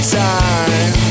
time